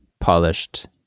polished